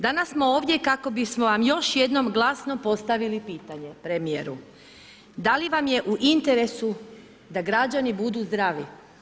Danas smo ovdje kako bismo vam još jednom glasno postavili pitanje premijeru, da li vam je u interesu da građani budu zdravi?